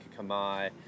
Kamai